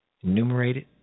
enumerated